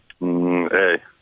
Hey